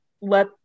let